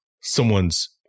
someone's